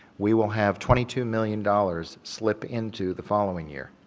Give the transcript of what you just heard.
we will have twenty two million dollars slip into the following year